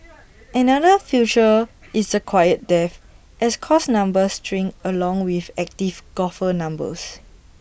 another future is A quiet death as course numbers shrink along with active golfer numbers